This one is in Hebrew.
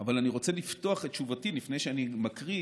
אבל אני רוצה לפתוח את תשובתי, לפני שאני מקריא,